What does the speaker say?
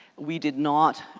we did not,